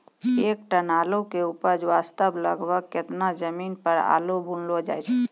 एक टन आलू के उपज वास्ते लगभग केतना जमीन पर आलू बुनलो जाय?